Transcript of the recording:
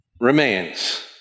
remains